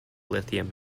lithium